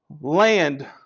land